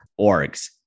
orgs